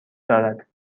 دارد